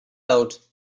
out